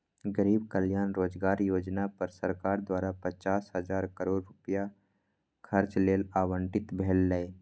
गरीब कल्याण रोजगार योजना पर सरकार द्वारा पचास हजार करोड़ रुपैया खर्च लेल आवंटित भेलै